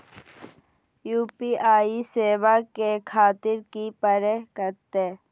UPI सेवा ले खातिर की करे परते?